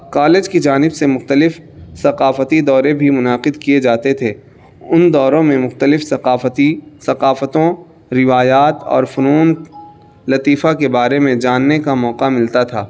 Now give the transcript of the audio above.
college کی جانب سے مختلف ثقافتی دورے بھی منعقد کیے جاتے تھے ان دوروں میں مختلف ثقافتی ثقافتوں روایات اور فنون لطیفہ کے بارے میں جاننے کا موقع ملتا تھا